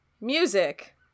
music